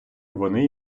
вони